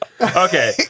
Okay